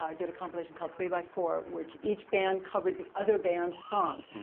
ah did a complication called, three by four, which each band covered the other band's songs.